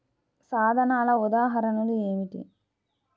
సాధనాల ఉదాహరణలు ఏమిటీ?